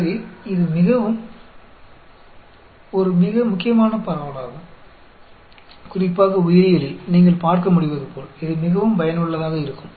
எனவே இதுவும் ஒரு மிக முக்கியமான பரவலாகும் குறிப்பாக உயிரியலில் நீங்கள் பார்க்க முடிவதுபோல் இது மிகவும் பயனுள்ளதாக இருக்கும்